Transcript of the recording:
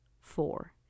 four